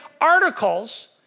articles